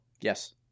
Yes